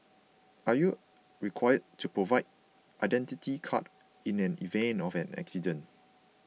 are you required to provide Identity Card in an event of an accident